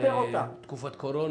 זה תקופת קורונה.